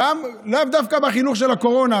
לאו דווקא בחינוך של הקורונה,